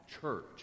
church